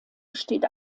steht